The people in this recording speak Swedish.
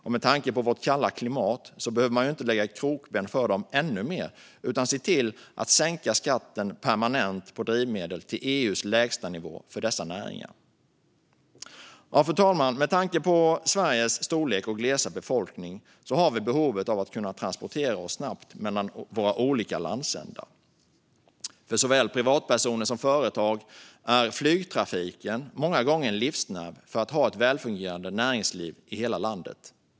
Och med tanke på vårt kalla klimat behöver man inte sätta krokben för dem ännu mer utan i stället se till att sänka skatten permanent på drivmedel till EU:s lägstanivå för dessa näringar. Fru talman! Med tanke på Sveriges storlek och glesa befolkning har vi behov av att kunna transportera oss snabbt mellan våra olika landsändar. För såväl privatpersoner som företag är flygtrafiken många gånger en livsnerv för att kunna ha ett väl fungerande näringsliv i hela landet.